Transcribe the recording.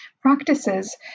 practices